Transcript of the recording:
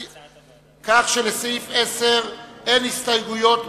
לסעיף 10 יש הסתייגות נוספת,